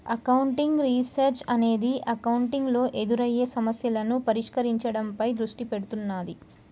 accounting research అనేది accounting లో ఎదురయ్యే సమస్యలను పరిష్కరించడంపై దృష్టి పెడుతున్నాది